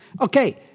Okay